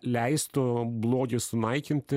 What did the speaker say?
leistų blogį sunaikinti